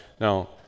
Now